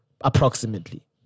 approximately